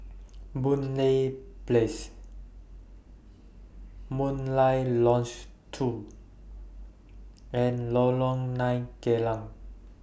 Boon Lay Place Murai Lodge two and Lorong nine Geylang